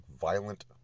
violent